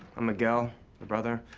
i'm miguel, her brother.